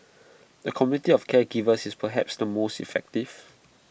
A community of caregivers is perhaps the most effective